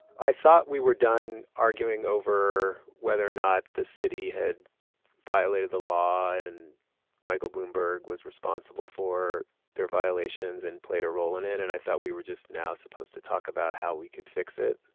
i thought we were done arguing over whether or not the city had violated the law and michael bloomberg was responsible for their violations and played a role in it. and i thought we were just now supposed to talk about how we could fix it.